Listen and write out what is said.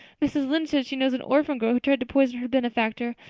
mrs. lynde says she knows an orphan girl who tried to poison her benefactor.